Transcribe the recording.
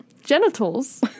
genitals